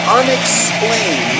unexplained